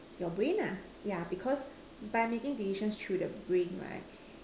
your brain lah yeah because by making decisions through the brain right